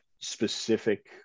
specific